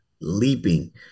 leaping